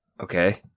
Okay